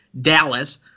Dallas